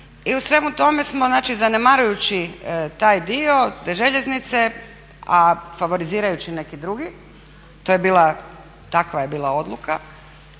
I u svemu tome smo, znači zanemarujući taj dio te željeznice a favorizirajući neki drugi, to je bila takva